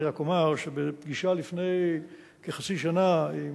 אני רק אומר שבפגישה לפני כחצי שנה עם